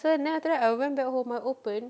so and then after that I went back home I open